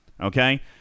okay